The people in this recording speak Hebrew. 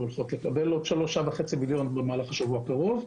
והולכים לקבל עוד 3.5 מיליון במהלך השבוע הקרוב.